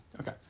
Okay